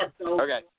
okay